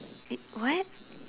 eh what